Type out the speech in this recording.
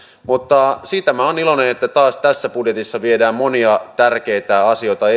mutta siitä minä olen iloinen että taas tässä budjetissa viedään eteenpäin monia tärkeitä asioita